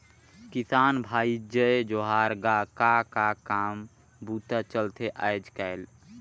किसान भाई जय जोहार गा, का का काम बूता चलथे आयज़ कायल?